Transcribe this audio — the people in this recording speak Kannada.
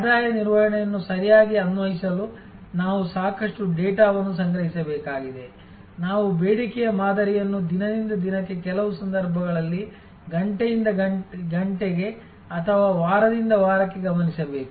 ಆದಾಯ ನಿರ್ವಹಣೆಯನ್ನು ಸರಿಯಾಗಿ ಅನ್ವಯಿಸಲು ನಾವು ಸಾಕಷ್ಟು ಡೇಟಾವನ್ನು ಸಂಗ್ರಹಿಸಬೇಕಾಗಿದೆ ನಾವು ಬೇಡಿಕೆಯ ಮಾದರಿಯನ್ನು ದಿನದಿಂದ ದಿನಕ್ಕೆ ಕೆಲವು ಸಂದರ್ಭಗಳಲ್ಲಿ ಗಂಟೆಯಿಂದ ಗಂಟೆಗೆ ಅಥವಾ ವಾರದಿಂದ ವಾರಕ್ಕೆ ಗಮನಿಸಬೇಕು